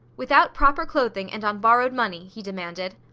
without proper clothing and on borrowed money, he demanded.